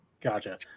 Gotcha